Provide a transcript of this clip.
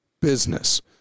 business